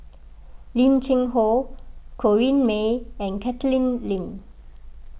Lim Cheng Hoe Corrinne May and Catherine Lim